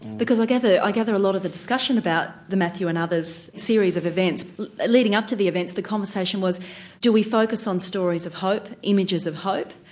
because i gather i gather a lot of the discussion about the matthew and others series of events leading up to the events the conversation was do we focus on stories of hope, images of hope?